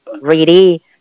Ready